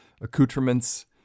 accoutrements